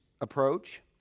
approach